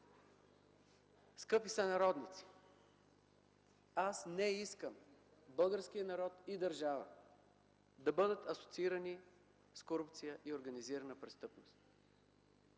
Скъпи сънародници, аз не искам българският народ и държава да бъдат асоциирани с корупция и организирана престъпност!